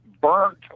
burnt